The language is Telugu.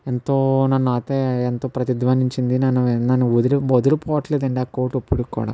ఎంతో నన్ను అయితే ఎంతో ప్రతిధ్వనించింది నన్ను నన్ను వదిలి వదిలి పోవట్లేదు అండి ఆ కోట్ ఇప్పటికీ కూడా